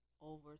over